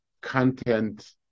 content